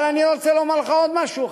אבל אני רוצה לומר לך עוד משהו,